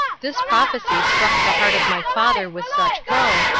this prophecy struck the heart of my father with such woe,